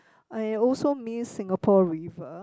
I also miss Singapore River